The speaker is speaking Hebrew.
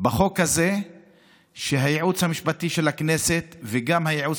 בחוק הזה שהייעוץ המשפטי של הכנסת וגם הייעוץ